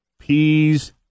peas